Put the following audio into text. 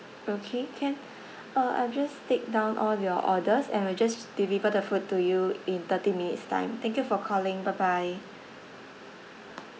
okay can uh I've just take down all your orders and we'll just deliver the food to you in thirty minutes time thank you for calling bye bye